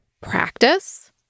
Practice